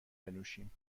بنوشیم